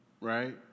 right